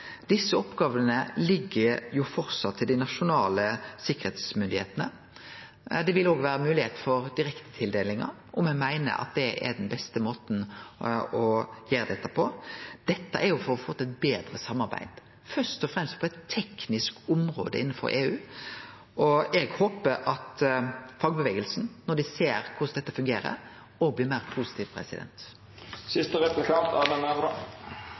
Desse oppgåvene ligg framleis til dei nasjonale sikkerheitsmyndigheitene. Det vil òg vere moglegheit for direktetildelingar. Me meiner at det er den besten måten å gjere dette på. Dette er for å få til eit betre samarbeid først og fremst på eit tekniske område innanfor EU. Eg håpar at fagbevegelsen når dei ser korleis dette fungerer, òg blir meir